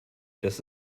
dass